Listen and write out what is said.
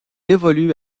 évolue